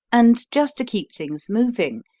and, just to keep things moving,